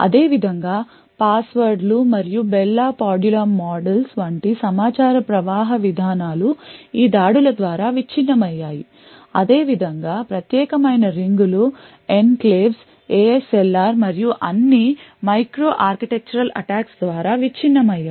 అదేవిధంగా పాస్వర్డ్ లు మరియు బెల్ లా పాడులా మోడల్స్ వంటి సమాచార ప్రవాహ విధానాలు ఈ దాడుల ద్వారా విచ్ఛిన్నమయ్యాయి అదేవిధంగా ప్రత్యేకమైన రింగులు ఎన్క్లేవ్స్ ASLR మరియు అన్నీ మైక్రో ఆర్కిటెక్చరల్ అటాక్స్ ద్వారా విచ్ఛిన్నమయ్యాయి